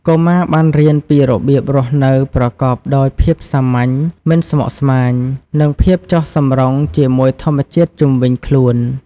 កុមារបានរៀនពីរបៀបរស់នៅប្រកបដោយភាពសាមញ្ញ មិនស្មុគស្មាញ និង ភាពចុះសម្រុងជាមួយធម្មជាតិ ជុំវិញខ្លួន។